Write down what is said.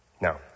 Now